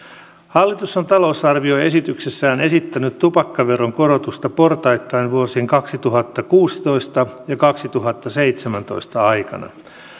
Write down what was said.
hallitus on talousarvioesityksessään esittänyt tupakkaveron korotusta portaittain vuosien kaksituhattakuusitoista ja kaksituhattaseitsemäntoista aikana